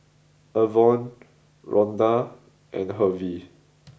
Avon Ronda and Hervey